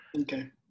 okay